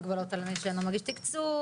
הגבלות על מי שאינו מגיש תקצוב,